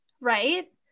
right